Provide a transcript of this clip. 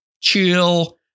chill